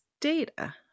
data